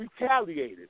retaliated